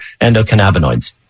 endocannabinoids